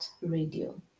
radio